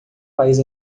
país